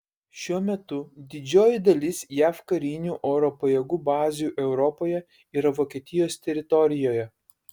šiuo metu didžioji dalis jav karinių oro pajėgų bazių europoje yra vokietijos teritorijoje